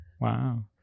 Wow